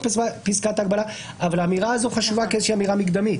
בפסקת ההגבלה אבל האמירה הזו חשובה כאיזושהי אמירה מקדמית.